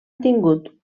tingut